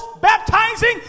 baptizing